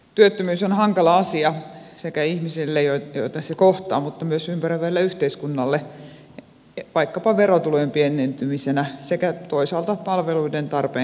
työttömyys on hankala asia sekä ihmisille joita se kohtaa että myös ympäröivälle yhteiskunnalle vaikkapa verotulojen pienentymisenä sekä toisaalta palveluiden tarpeen kasvuna